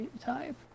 type